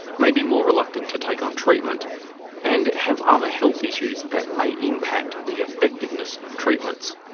maybe more reluctant to take on treatment and have other health issues that may impact the effectiveness of treatments.